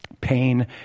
Pain